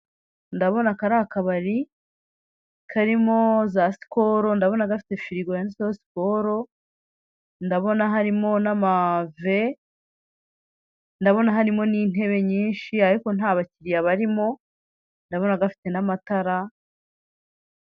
Ndabona aka ari akabari karimo za Sikolo, ndabona gafite firigo yanditseho Sikolo, ndabona harimo n'amave, ndabona harimo n'intebe nyinshi ariko nta bakiliya barimo, ndabona gafite n'amatara